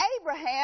Abraham